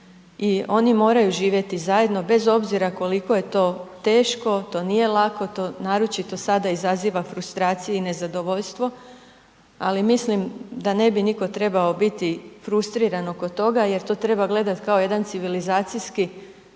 i oni moraju živjeti zajedno bez obzira koliko je to teško, to nije lako to naročito sad izaziva frustracije i nezadovoljstvo, ali mislim da ne bi nitko trebao biti frustriran oko toga jer to treba gledati kao jedan civilizacijski